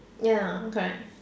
ya correct